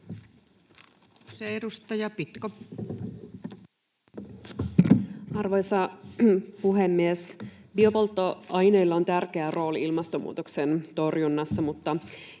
Arvoisa puhemies! Biopolttoaineilla on tärkeä rooli ilmastonmuutoksen torjunnassa, mutta